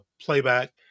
playback